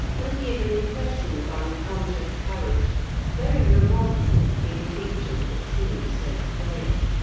and give an impression of unconscious courage very remarkable in creatures that seem so frail.